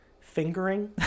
fingering